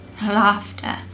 laughter